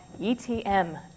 ETM